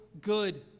good